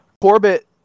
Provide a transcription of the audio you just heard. Corbett